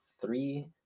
three